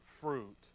fruit